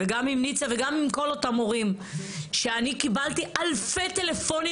וגם עם ניצה וגם עם כל אותם הורים שאני קיבלתי אלפי טלפונים